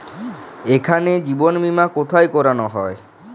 এখানে জীবন বীমা কোথায় করানো হয়?